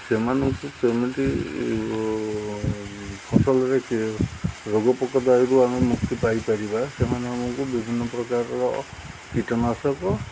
ସେମାନଙ୍କୁ କେମିତି ଫସଲରେ ରୋଗ ପୋକ ଦାଉରୁ ଆମେ ମୁକ୍ତି ପାଇପାରିବା ସେମାନେ ଆମକୁ ବିଭିନ୍ନପ୍ରକାରର କୀଟନାଶକ